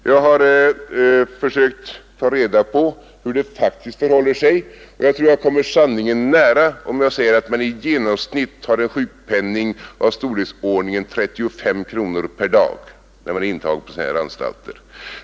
Jag har försökt ta reda på hur det faktiskt förhåller sig, och jag tror jag kommer sanningen nära om jag säger att man i genomsnitt har en sjukpenning av storleksordningen 35 kronor per dag när man är intagen på sådana här anstalter.